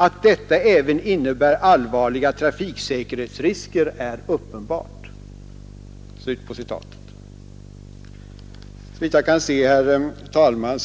Att detta även innebär allvarliga trafiksäkerhetsrisker är uppenbart.” Här